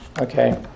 Okay